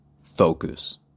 focus